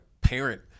parent